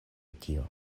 tio